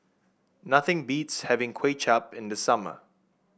nothing beats having Kway Chap in the summer